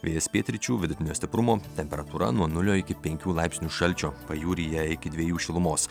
vėjas pietryčių vidutinio stiprumo temperatūra nuo nulio iki penkių laipsnių šalčio pajūryje iki dviejų šilumos